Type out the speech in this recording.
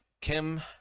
Kim